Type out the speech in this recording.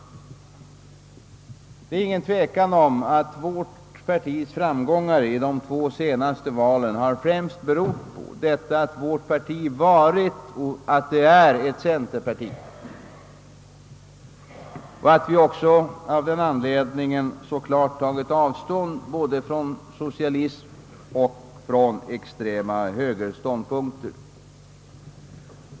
Det är inget tvivel om att vårt partis framgångar i de två senaste valen främst har berott på att vårt parti varit och är ett centerparti, och att vi också av denna anledning så klart tagit avstånd både från socialism och extrema högerståndpunkter.